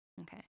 Okay